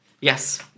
Yes